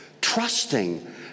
trusting